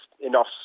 enough